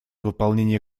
выполнения